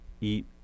eat